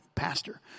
pastor